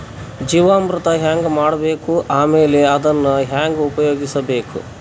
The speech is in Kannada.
ಜೀವಾಮೃತ ಹೆಂಗ ಮಾಡಬೇಕು ಆಮೇಲೆ ಅದನ್ನ ಹೆಂಗ ಉಪಯೋಗಿಸಬೇಕು?